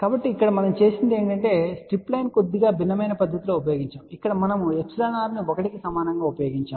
కాబట్టి ఇక్కడ మనము చేసినది ఏమిటి అంటే స్ట్రిప్ లైన్ కొద్దిగా భిన్నమైన పద్ధతిలో ఉపయోగించాము ఇక్కడ మనము εr ను 1 కి సమానంగా ఉపయోగించాము